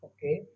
Okay